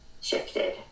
shifted